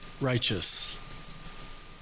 righteous